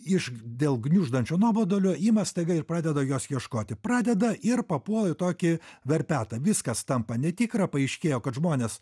iš dėl gniuždančio nuobodulio ima staiga ir pradeda jos ieškoti pradeda ir papuola į tokį verpetą viskas tampa netikra paaiškėjo kad žmonės